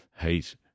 hate